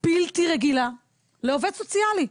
בלתי רגילה לעובד סוציאלי.